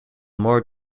more